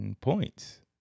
points